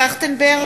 טרכטנברג,